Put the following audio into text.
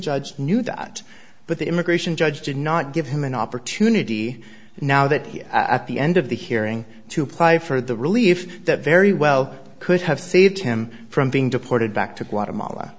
judge knew that but the immigration judge did not give him an opportunity now that here at the end of the hearing to play for the relief that very well could have saved him from being deported back to guatemala